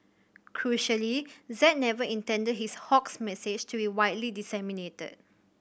crucially Z never intended his 'hoax' message to be widely disseminated